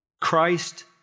Christ